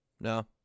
No